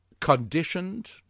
conditioned